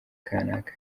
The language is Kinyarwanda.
kanaka